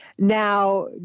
Now